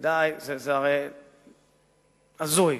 זה הרי הזוי.